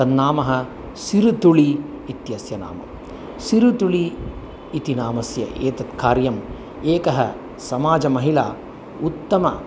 तन्नामः सिरुतुळि इत्यस्य नाम सिरुतुळि इति नामस्य एतत् कार्यम् एकः समाजमहिला उत्तम